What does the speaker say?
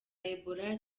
ebola